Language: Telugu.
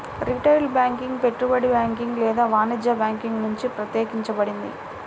రిటైల్ బ్యాంకింగ్ పెట్టుబడి బ్యాంకింగ్ లేదా వాణిజ్య బ్యాంకింగ్ నుండి ప్రత్యేకించబడింది